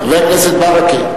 חבר הכנסת ברכה.